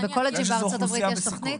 בקולג'ים בארצות הברית יש תוכנית?